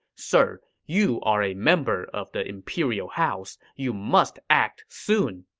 sir, you are a member of the imperial house. you must act soon.